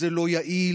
זה לא יעיל,